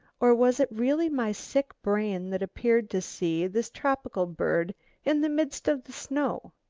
or was it really my sick brain that appeared to see this tropical bird in the midst of the snow?